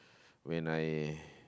when I